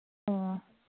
ꯑꯣ